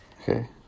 Okay